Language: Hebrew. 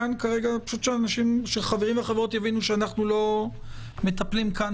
חשוב שהחברים והחברות יבינו שאנחנו לא מטפלים כאן